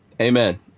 Amen